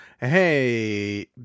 Hey